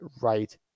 right